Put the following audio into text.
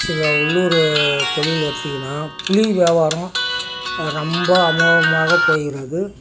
சில உள்ளூர் தொழிலை எடுத்துக்கினா புளி வியாபாரம் ரொம்ப அமோகமாக போகிறது